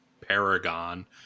paragon